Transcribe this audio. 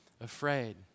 afraid